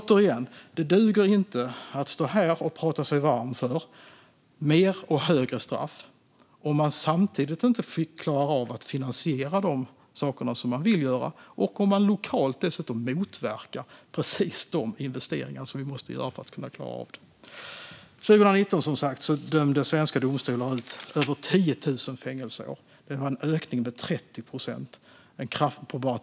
Återigen - det duger inte att stå här och prata sig varm för mer och högre straff om man samtidigt inte klarar av att finansiera de saker man vill göra och om man lokalt dessutom motverkar precis de investeringar vi måste göra för att klara av det. Svenska domstolar dömde som sagt 2019 ut över 10 000 fängelseår. Det var en ökning med 30 procent på bara två år.